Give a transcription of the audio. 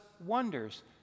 wonders